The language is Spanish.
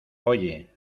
oye